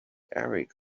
eric